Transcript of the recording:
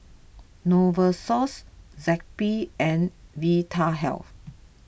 Novosource Zappy and Vitahealth